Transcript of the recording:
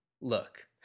look